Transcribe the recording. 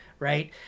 Right